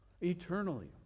eternally